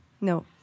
No